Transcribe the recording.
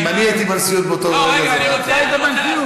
אם אני הייתי בנשיאות באותו רגע, זה לא היה קורה.